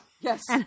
Yes